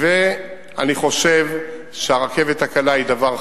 אני חושב שהרכבת הקלה היא דבר חיוני.